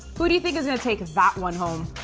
who do you think is going to take that one home?